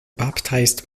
baptized